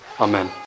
Amen